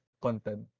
content